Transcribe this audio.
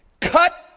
Cut